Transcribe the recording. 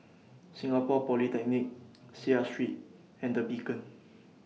Singapore Polytechnic Seah Street and The Beacon